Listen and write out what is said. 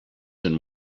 and